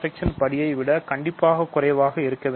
r ன் படியை விட கண்டிப்பாக குறைவாக இருக்க வேண்டும்